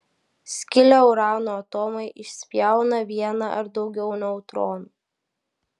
skilę urano atomai išspjauna vieną ar daugiau neutronų